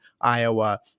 Iowa